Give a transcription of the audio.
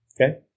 Okay